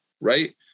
right